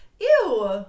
Ew